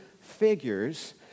figures